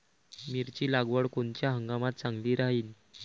मिरची लागवड कोनच्या हंगामात चांगली राहीन?